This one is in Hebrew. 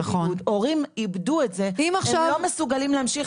הורים איבדו את זה והם לא מסוגלים להמשיך